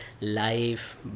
life